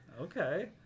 okay